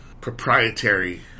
proprietary